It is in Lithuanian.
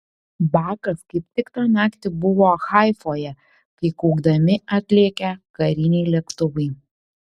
bakas kaip tik tą naktį buvo haifoje kai kaukdami atlėkė kariniai lėktuvai